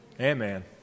Amen